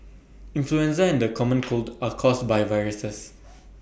influenza and the common cold are caused by viruses